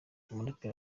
umuraperi